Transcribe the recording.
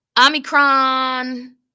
Omicron